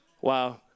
Wow